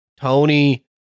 Tony